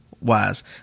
wise